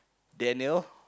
Daniel